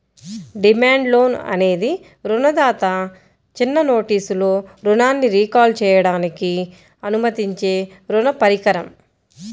demand loan అనేది రుణదాత చిన్న నోటీసులో రుణాన్ని రీకాల్ చేయడానికి అనుమతించే రుణ పరికరం